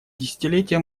десятилетие